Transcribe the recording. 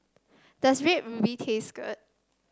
does Red Ruby taste good